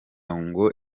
ngo